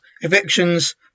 evictions